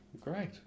great